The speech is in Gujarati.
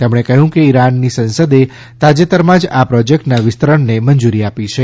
તેમણે કહ્યું કે ઈરાનની સંસદે તાજેતરમાં જ આ પ્રોજેકટના વિસ્તરણને મંજૂરી આપી છે